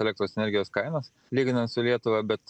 elektros energijos kainos lyginant su lietuva bet